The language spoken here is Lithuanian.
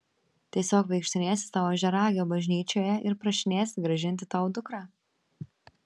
tiesiog vaikštinėsi sau ožiaragio bažnyčioje ir prašinėsi grąžinti tau dukrą